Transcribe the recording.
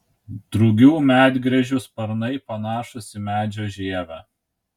drugių medgręžių sparnai panašūs į medžio žievę